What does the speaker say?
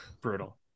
Brutal